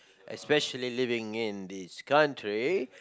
especially living in this country